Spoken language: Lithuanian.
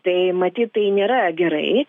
tai matyt tai nėra gerai